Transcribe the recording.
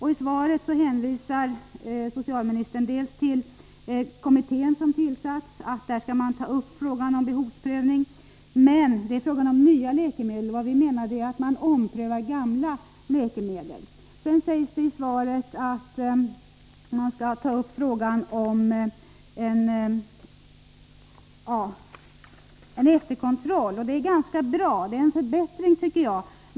I svaret hänvisar statsrådet till att man i den kommitté som tillsatts skall behandla frågan om behovsprövning. Men då avses nya läkemedel. Vi menar att man bör ompröva redan registrerade läkemedel. I svaret sägs också att statsrådet kommer att föreslå regeringen att i budgetpropositionen aktualisera frågan om resurserna för bl.a. efterkontroll av registrerade läkemedel. Det är bra.